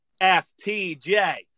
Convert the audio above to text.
FTJ